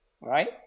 right